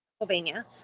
Pennsylvania